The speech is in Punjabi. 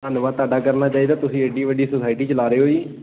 ਧੰਨਵਾਦ ਤੁਹਾਡਾ ਕਰਨਾ ਚਾਹੀਦਾ ਤੁਸੀਂ ਐਡੀ ਵੱਡੀ ਸੋਸਾਇਟੀ ਚਲਾ ਰਹੇ ਹੋ ਜੀ